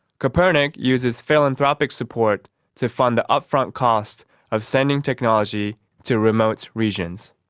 kopernik uses philanthropic support to fund the upfront cost of sending technology to remote regions.